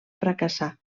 fracassar